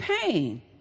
pain